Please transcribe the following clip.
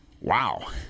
Wow